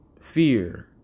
fear